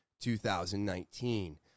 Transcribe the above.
2019